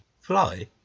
fly